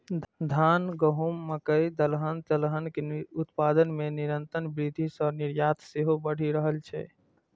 धान, गहूम, मकइ, दलहन, तेलहन के उत्पादन मे निरंतर वृद्धि सं निर्यात सेहो बढ़ि रहल छै